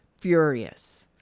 furious